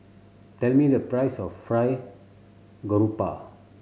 tell me the price of Fried Garoupa